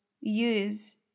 use